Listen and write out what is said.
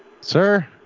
sir